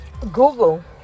Google